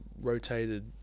rotated